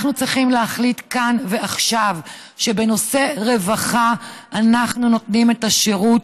אנחנו צריכים להחליט כאן ועכשיו שבנושא רווחה אנחנו נותנים את השירות,